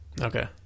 Okay